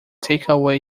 takeaway